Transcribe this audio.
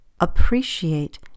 appreciate